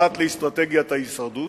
פרט לאסטרטגיית ההישרדות.